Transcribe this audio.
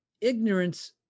ignorance